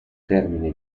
termine